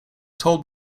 told